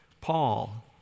Paul